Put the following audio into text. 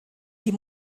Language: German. die